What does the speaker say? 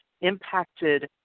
impacted